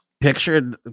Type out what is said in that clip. Picture